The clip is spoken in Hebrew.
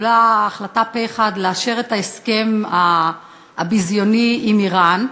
התקבלה פה-אחד החלטה לאשר את ההסכם הביזיוני עם איראן.